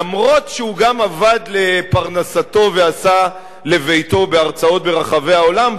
למרות העובדה שהוא גם עבד לפרנסתו ועשה לביתו בהרצאות ברחבי העולם,